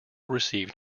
received